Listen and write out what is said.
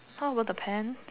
how about the pants